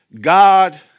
God